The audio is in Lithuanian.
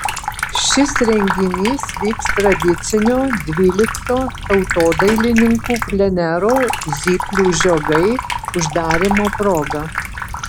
šis renginys vyks tradicinio dvylikto tautodailininkų plenero zyplių žiogai uždarymo proga